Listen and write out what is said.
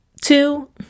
Two